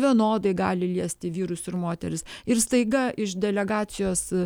vienodai gali liesti vyrus ir moteris ir staiga iš delegacijos